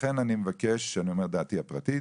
לכן אני מבקש, אני אומר את דעתי הפרטית